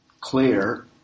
clear